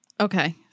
Okay